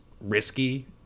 risky